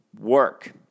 work